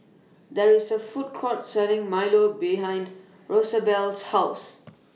There IS A Food Court Selling Milo behind Rosabelle's House